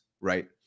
right